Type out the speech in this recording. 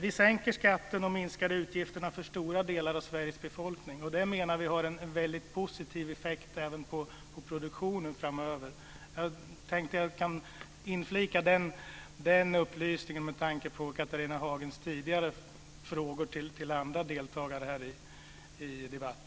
Vi sänker skatten och minskar utgifterna för stora delar av Sveriges befolkning. Det menar vi har en väldigt positivt effekt även på produktionen framöver. Jag tänkte att jag kunde inflika den upplysningen med tanke på Catharina Hagens tidigare frågor till andra deltagare i debatten.